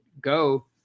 go